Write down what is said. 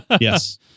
Yes